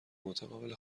متقابل